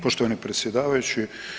Poštovani predsjedavajući.